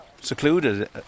secluded